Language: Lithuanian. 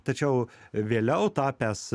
tačiau vėliau tapęs